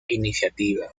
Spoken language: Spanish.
iniciativa